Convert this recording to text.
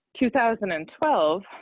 2012